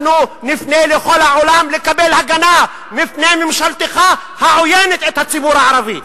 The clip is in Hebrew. אנחנו נפנה אל כל העולם לקבל הגנה מפני ממשלתך העוינת את הציבור הערבי.